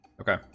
Okay